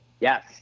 yes